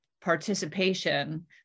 participation